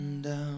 down